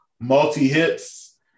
multi-hits